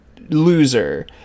loser